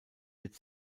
wird